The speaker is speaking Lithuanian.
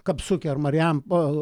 kapsuke ar marijampo